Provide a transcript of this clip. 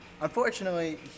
Unfortunately